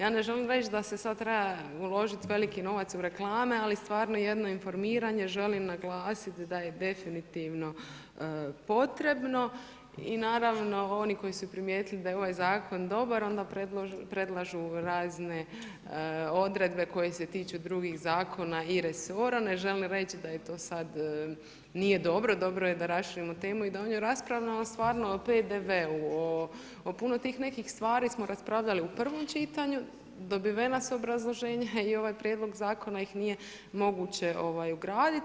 Ja ne želim reći da se sada treba uložiti veliki novac u reklame, ali stvarno jedno informiranje želim naglasiti da je definitivno potrebno i naravno oni koji su primijetili da je ovaj zakon dobar onda predlažu razne odredbe koje se tiču drugih zakona i resora, ne žele reći da je to sada nije dobro, dobro je da … temu i da o njoj raspravljamo, ali stvarno o PDV-u o puno tih nekih stvari smo raspravljali u prvom čitanju, dobivena su obrazloženja i ovaj prijedlog zakona ih nije moguće ugraditi.